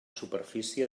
superfície